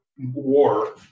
war